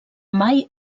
mai